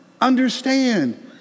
understand